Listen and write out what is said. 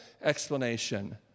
explanation